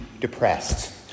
depressed